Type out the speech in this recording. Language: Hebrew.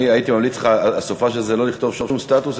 אני הייתי ממליץ לך בסופ"ש הזה לא לכתוב שום סטטוס,